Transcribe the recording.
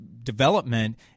development